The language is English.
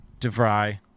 DeVry